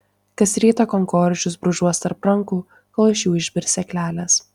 kas rytą kankorėžius brūžuos tarp rankų kol iš jų išbirs sėklelės